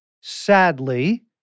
Sadly